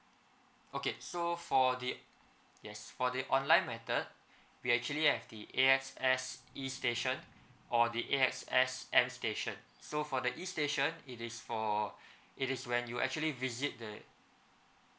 okay so for the yes for the online method we actually have the A_X_S E station or the A_X_S M station so for the E station it is for it is when you actually visit the